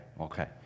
okay